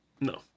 No